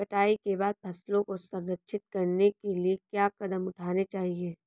कटाई के बाद फसलों को संरक्षित करने के लिए क्या कदम उठाने चाहिए?